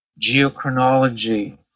geochronology